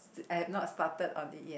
I have not started on it yet